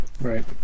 Right